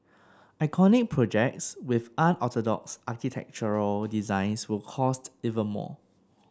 iconic projects with unorthodox architectural designs will cost even more